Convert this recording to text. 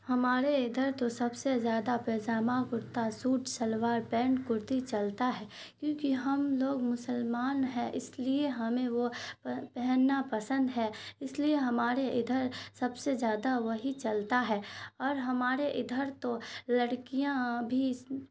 ہمارے ادھر تو سب سے زیادہ پاجامہ کرتا سوٹ شلوار پینٹ کرتی چلتا ہے کیونکہ ہم لوگ مسلمان ہیں اس لیے ہمیں وہ پہننا پسند ہے اس لیے ہمارے ادھر سب سے زیادہ وہی چلتا ہے اور ہمارے ادھر تو لڑکیاں بھی